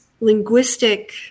linguistic